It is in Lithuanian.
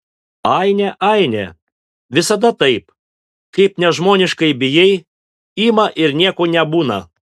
aine aine visada taip kai nežmoniškai bijai ima ir nieko nebūna